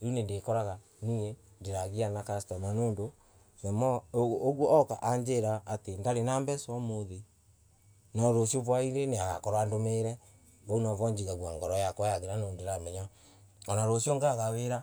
Ni nindikoraga nie ndiragiara na customer nandu the more uguo auka anjira ati ndari nambeca umunthi norucio hawaini agakorwo andumire. vau nivo njigogua ngoro yakwa yagire nondu ngoragua niindiramenya ana ruciuu ngaga wira.